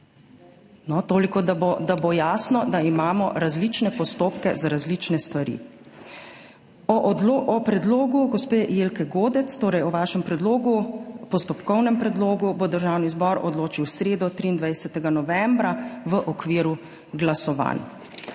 da bo, da bo jasno, da imamo različne postopke za različne stvari. O predlogu gospe Jelke Godec, torej o vašem postopkovnem predlogu, bo Državni zbor odločil v sredo, 23. novembra, v okviru glasovanj.